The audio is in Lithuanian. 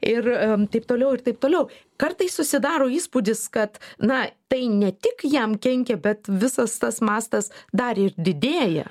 ir taip toliau ir taip toliau kartais susidaro įspūdis kad na tai ne tik jam kenkia bet visas tas mastas dar ir didėja